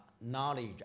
knowledge